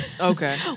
Okay